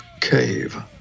Cave